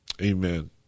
Amen